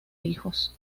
hijos